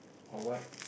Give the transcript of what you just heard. or what